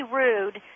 rude